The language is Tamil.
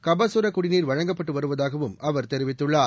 கபசுர குடிநீர் வழங்கப்பட்டு வருவதாகவும் அவர் தெரிவித்துள்ளார்